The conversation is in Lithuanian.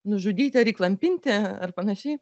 nužudyti ar įklampinti ar panašiai